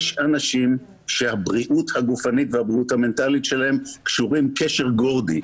יש אנשים שהבריאות הגופנית והבריאות המנטלית שלהם קשורים קשר גורדי,